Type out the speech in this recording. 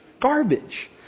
garbage